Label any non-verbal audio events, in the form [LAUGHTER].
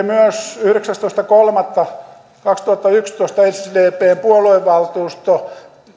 [UNINTELLIGIBLE] myös yhdeksästoista kolmatta kaksituhattayksitoista sdpn puoluevaltuusto